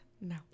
no